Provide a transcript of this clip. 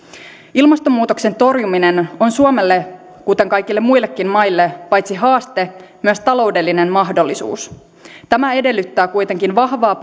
ilmastonmuutoksen torjuminen on suomelle kuten kaikille muillekin maille paitsi haaste myös taloudellinen mahdollisuus tämä edellyttää kuitenkin vahvaa